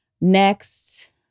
Next